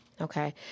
Okay